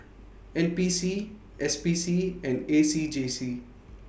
N P C S P C and A C J C